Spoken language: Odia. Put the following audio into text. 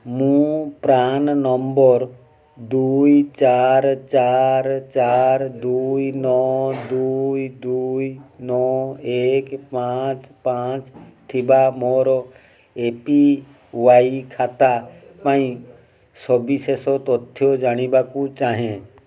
ମୁଁ ପ୍ରାନ୍ ନମ୍ବର୍ ଦୁଇ ଚାରି ଚାରି ଚାରି ଦୁଇ ନଅ ଦୁଇ ଦୁଇ ନଅ ଏକ ପାଞ୍ଚ ପାଞ୍ଚ ଥିବା ମୋର ଏ ପି ୱାଇ ଖାତା ପାଇଁ ସବିଶେଷ ତଥ୍ୟ ଜାଣିବାକୁ ଚାହେଁ